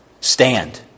stand